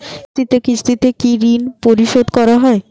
কিস্তিতে কিস্তিতে কি ঋণ পরিশোধ করা য়ায়?